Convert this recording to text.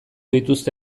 dituzte